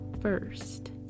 first